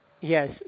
Yes